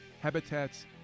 habitats